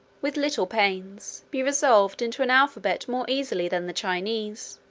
with little pains, be resolved into an alphabet more easily than the chinese.